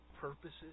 purposes